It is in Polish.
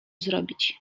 zrobić